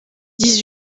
dix